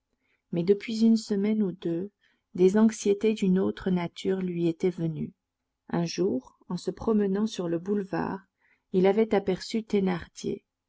mais depuis une semaine ou deux des anxiétés d'une autre nature lui étaient venues un jour en se promenant sur le boulevard il avait aperçu thénardier